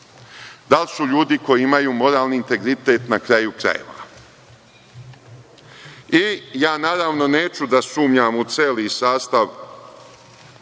da li su ljudi koji imaju moralni integritet na kraju krajeva. Ja naravno neću da sumnjam u celi sastav